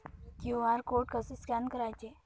QR code कसे scan करायचे?